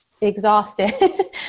exhausted